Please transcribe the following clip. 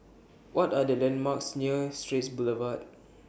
What Are The landmarks near Straits Boulevard